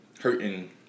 hurting